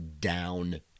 down